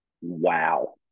Wow